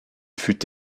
fut